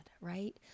right